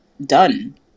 done